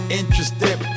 interested